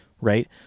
Right